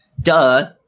duh